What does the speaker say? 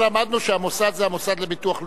הבוקר למדנו שהמוסד זה המוסד לביטוח לאומי,